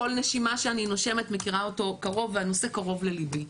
בכל נשימה שאני נושמת מכירה אותו קרוב והנושא קרוב ללבי.